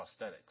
prosthetics